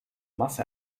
masse